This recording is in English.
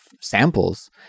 samples